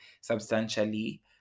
substantially